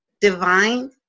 divine